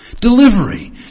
Delivery